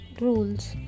rules